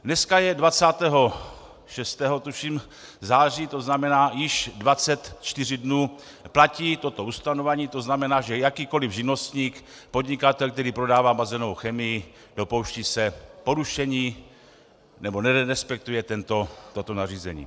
Dneska je 26. tuším září, to znamená, již 24 dnů platí toto ustanovení, to znamená, že jakýkoliv živnostník, podnikatel, který prodává bazénovou chemii, dopouští se porušení nebo nerespektuje toto nařízení.